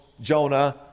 jonah